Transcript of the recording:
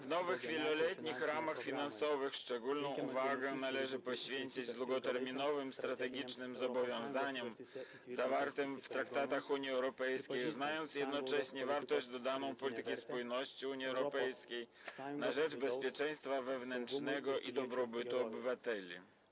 W nowych wieloletnich ramach finansowych szczególną uwagę należy poświęcić długoterminowym strategicznym zobowiązaniom zawartym w traktatach Unii Europejskiej, znając jednocześnie wartość dodaną polityki spójności Unii Europejskiej na rzecz bezpieczeństwa wewnętrznego i dobrobytu obywateli.